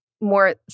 more